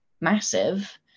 massive